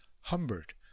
Humbert